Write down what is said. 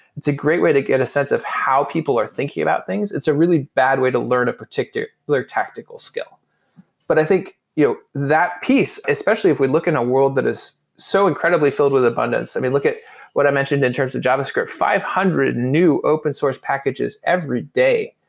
it's a great way to get a sense of how people are thinking about things. it's a really bad way to learn a particular tactical skill but i think you know that piece, especially if we look in a world that is so incredibly filled with abundance, i mean, look at what i mentioned in terms of javascript, five hundred new open source packages every day,